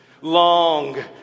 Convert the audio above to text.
Long